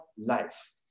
life